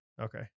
okay